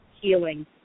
healing